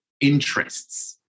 interests